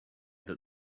that